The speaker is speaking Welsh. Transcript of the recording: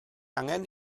angen